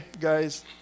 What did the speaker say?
guys